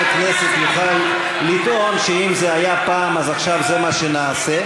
כנסת יוכל לטעון שאם זה היה פעם אז עכשיו זה מה שנעשה.